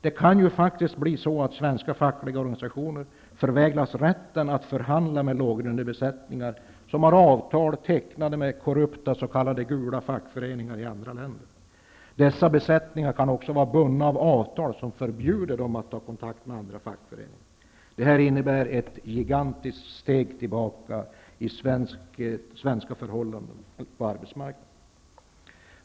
Det kan bli så att svenska fackliga organisationer förvägras rätten att förhandla för låglönebesättningar som har avtal tecknade med korrupta s.k. gula fackföreningar i andra länder. Dessa besättningar kan också vara bundna av avtal som förbjuder dem att ta kontakt med andra fackföreningar. Det skulle innebära ett gigantiskt steg tillbaka på svensk arbetsmarknad.